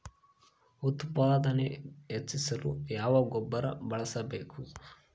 ಉತ್ಪಾದನೆ ಹೆಚ್ಚಿಸಲು ಯಾವ ಗೊಬ್ಬರ ಬಳಸಬೇಕು?